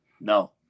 No